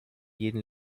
jeden